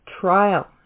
trial